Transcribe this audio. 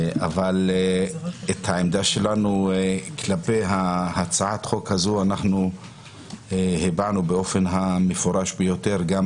אבל את העמדה שלנו כלפי הצעת חוק הזו אנחנו הבענו באופן המפורש ביותר גם